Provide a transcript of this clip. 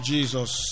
Jesus